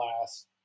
last